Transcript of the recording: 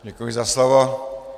Děkuji za slovo.